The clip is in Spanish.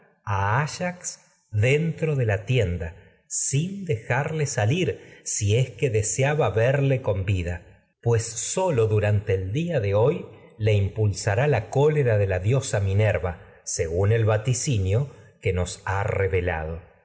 dentro de la tienda sin dejarle salir el deseaba verle impulsará que y con vida pues sólo durante día hoy le la cólera de la diosa minerva los según el vaticinio nos ha revelado